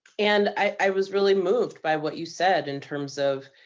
and i i was really moved by what you said, in terms of,